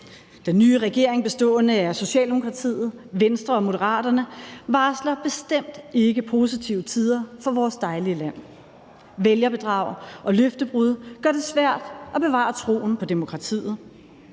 Den nye regering bestående af Socialdemokratiet og Venstre og Moderaterne varsler bestemt ikke positive tider for vores dejlige land. Vælgerbedrag og løftebrud gør det svært at bevare troen på demokratiet.